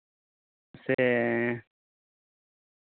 ᱥᱮᱻ